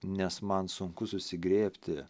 nes man sunku susigrėbti